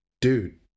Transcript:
dude